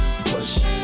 push